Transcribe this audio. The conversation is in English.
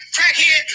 Crackhead